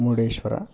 Murudeshwar